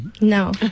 No